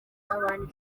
abantu